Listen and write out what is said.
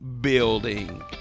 building